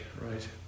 right